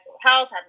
health